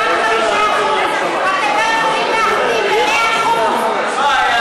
הכול טוב ויפה, אבל